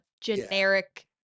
generic